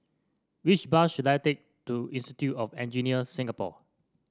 which bus should I take to Institute of Engineers Singapore